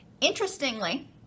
interestingly